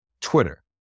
Twitter